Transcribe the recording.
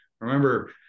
remember